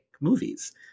movies